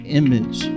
image